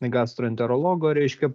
gastroenterologo reiškia